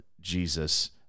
Jesus